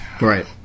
Right